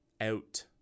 out